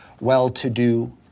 well-to-do